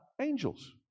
angels